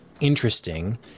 interesting